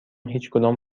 هیچکدام